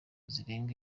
zirenga